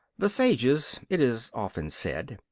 the sages, it is often said,